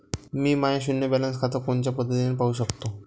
मी माय शुन्य बॅलन्स खातं कोनच्या पद्धतीनं पाहू शकतो?